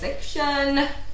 section